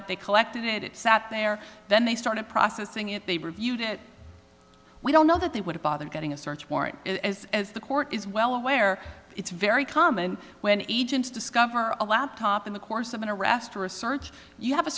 it they collected it it sat there then they started processing it they reviewed it we don't know that they would bother getting a search warrant as the court is well aware it's very common when agents discover a laptop in the course of an arrest or a search you have a